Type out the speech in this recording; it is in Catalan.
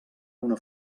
una